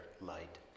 light